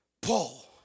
Paul